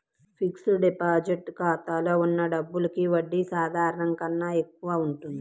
fixed deposit ఖాతాలో ఉన్న డబ్బులకి వడ్డీ సాధారణం కన్నా ఎక్కువగా ఉంటుంది